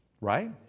Right